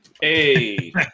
Hey